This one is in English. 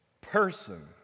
person